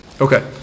Okay